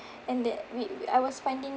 and that we I was finding